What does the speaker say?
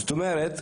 זאת אומרת,